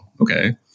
okay